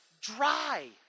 dry